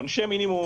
עונשי מינימום,